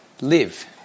Live